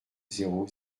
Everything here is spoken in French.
zéro